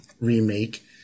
remake